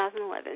2011